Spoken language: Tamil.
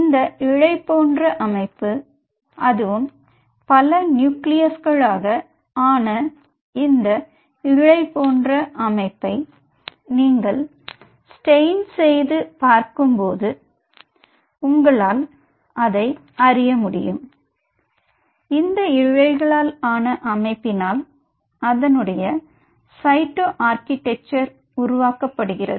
இந்த இழை போன்ற அமைப்பு அதுவும் பல நியூக்ளியஸ்களாக ஆன இந்த இழை போன்ற அமைப்பை நீங்கள் இந்த ஸ்டெய்ன் செய்து பார்க்கும்போது உங்களால் அதை அறிய முடியும் இந்த இழைகளால் ஆன அமைப்பினால் அதனுடைய சைட்டோ ஆர்க்கிடெக்சர் உருவாக்கப்படுகிறது